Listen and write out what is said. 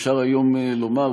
ואפשר היום לומר,